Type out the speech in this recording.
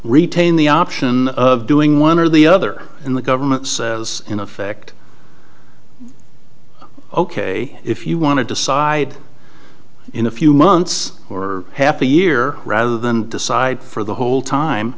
retain the option of doing one or the other in the government says in effect ok if you want to decide in a few months or half a year rather than decide for the whole time